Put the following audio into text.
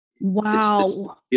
Wow